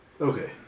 Okay